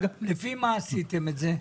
לפי מה עשיתם את זה?